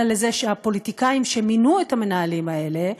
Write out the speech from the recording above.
אלא לזה שהפוליטיקאים שמינו את המנהלים האלה,